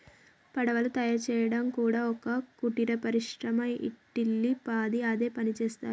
పడవలు తయారు చేయడం కూడా ఒక కుటీర పరిశ్రమ ఇంటిల్లి పాది అదే పనిచేస్తరు